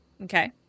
Okay